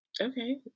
Okay